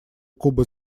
кубы